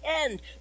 end